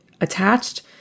attached